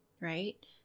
right